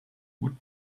would